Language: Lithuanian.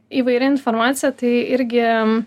įvairi informacija tai irgi